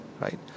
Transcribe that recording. right